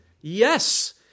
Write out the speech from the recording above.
Yes